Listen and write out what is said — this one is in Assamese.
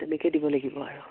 তেনেকে দিব লাগিব আৰু